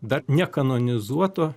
dar nekanonizuoto